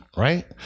Right